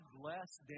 blessed